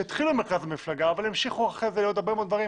שהתחילו עם מרכז המפלגה אבל המשיכו אחרי זה לעוד הרבה מאוד דברים,